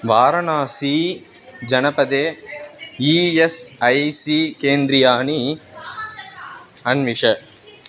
वाराणासीजनपदे E S I C केन्द्राणि अन्विष